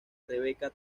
rebecca